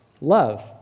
Love